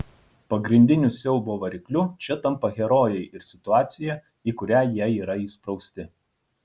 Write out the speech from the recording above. pagrindiniu siaubo varikliu čia tampa herojai ir situacija į kurią jie yra įsprausti